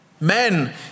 Men